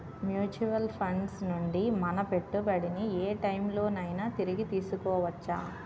Mutual funds నుండి మన పెట్టుబడిని ఏ టైం లోనైనా తిరిగి తీసుకోవచ్చా?